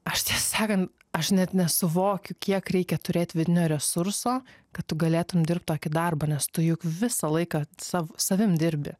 aš tiesą sakant aš net nesuvokiu kiek reikia turėt vidinio resurso kad tu galėtum dirbt tokį darbą nes tu juk visą laiką sav savim dirbi